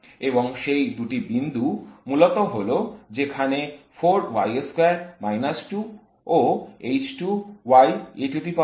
এবং সেই দুটি বিন্দু মূলত হল যেখানে ও হয়